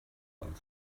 about